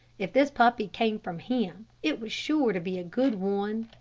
if this puppy came from him, it was sure to be good one.